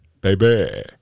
baby